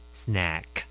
snack